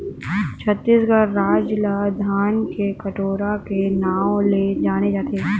छत्तीसगढ़ राज ल धान के कटोरा के नांव ले जाने जाथे